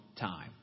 time